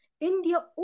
India